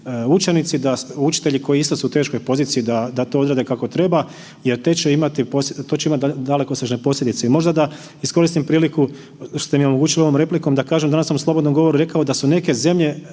učitelji koji su isto u teškoj poziciji da to odrade kako treba jer to će imati dalekosežne posljedice. I možda da iskoristim priliku što ste mi omogućili ovom replikom da kažem danas sam u slobodnom govoru rekao da su neke zemlje